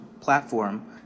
platform